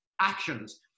actions